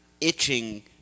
itching